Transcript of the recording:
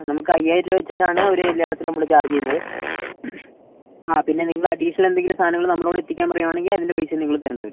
ആ നമുക്ക് അയ്യായിരം രൂപ വെച്ചിട്ടാണ് ഒരു കല്യാണത്തിന് നമ്മൾ ചാർജ് ചെയ്യുന്നത് ആ പിന്നെ നിങ്ങൾ അഡീഷണൽ എന്തെങ്കിലും സാധനങ്ങൾ നമ്മളോട് എത്തിക്കാൻ പറയുവാണെങ്കിൽ അതിൻ്റ പൈസയും നിങ്ങൾ തരേണ്ടി വരും